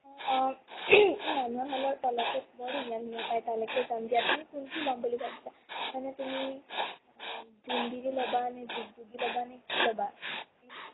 অঁ অঁ এই আনোৱাৰ হলৰ তলতে বৰ ধুনীয়া ধুনীয়া পায় তালৈকে যাম দিয়া তুমি কোনটো ল'ম বুলি ভাবিছা মানে তুমি জোনবিৰি ল'বানে ডুগডুগী' ল'বানে কি ল'বা